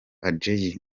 adjei